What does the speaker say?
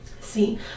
see